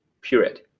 Period